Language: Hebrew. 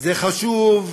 זה חשוב,